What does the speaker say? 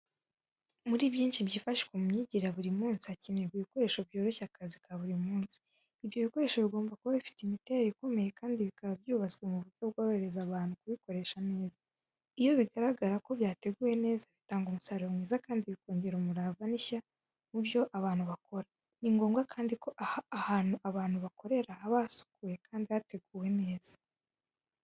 Muri byinshi byifashishwa mu myigire ya buri munsi, hakenerwa ibikoresho byoroshya akazi ka buri munsi. Ibyo bikoresho bigomba kuba bifite imiterere ikomeye kandi bikaba byubatswe mu buryo bworohereza abantu kubikoresha neza. Iyo bigaragara ko byateguwe neza, bitanga umusaruro mwiza kandi bikongera umurava n’ishyaka mu byo abantu bakora. Ni ngombwa kandi ko ahantu abantu bakorera haba hasukuye kandi hateguwe neza.